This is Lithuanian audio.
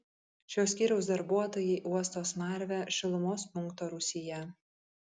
šio skyriaus darbuotojai uosto smarvę šilumos punkto rūsyje